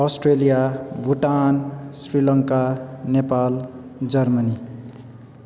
Australia Bhutan Sri Lanka Nepal Germany